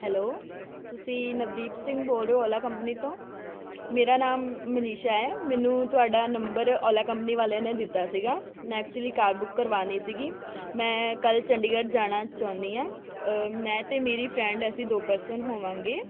hello ਤੁਸੀਂ ਨਵਦੀਪ ਸਿੰਘ ਬੋਲ ਰਹੇ ਹੋ ਓਲਾ ਕੰਪਨੀ ਤੋਂ ਮੇਰਾ ਨਾਮ ਮਨੀਸ਼ਾ ਹੈ ਮੈਨੂੰ ਤੁਹਾਡਾ ਨੰਬਰ ਓਲਾ ਕੰਪਨੀ ਵਾਲਿਆਂ ਨੇ ਦਿੱਤਾ ਸੀਗਾ ਮੈਂ ਐਕਚੁਲੀ ਕਾਰ ਬੁੱਕ ਕਰਵਾਣੀ ਸੀਗੀ ਮੈਂ ਕੱਲ੍ਹ ਚੰਡੀਗੜ੍ਹ ਜਾਣਾ ਚਾਹੁੰਦੀ ਹਾਂ ਮੈਂ ਅਤੇ ਮੇਰੀ ਫਰੈਂਡ ਅਸੀਂ ਦੋ ਪਰਸਨ ਹੋਵਾਂਗੇ